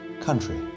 Country